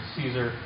Caesar